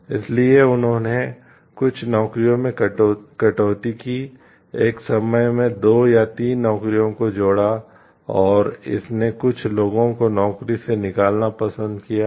इसलिए उन्होंने कुछ नौकरियों में कटौती की एक समय में दो या तीन नौकरियों को जोड़ा और इसने कुछ लोगों को नौकरी से निकालना पसंद किया है